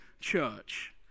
church